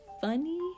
funny